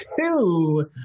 two